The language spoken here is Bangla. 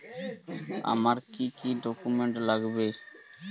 আমার কি কি ডকুমেন্ট লাগবে?